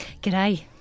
G'day